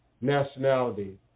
nationality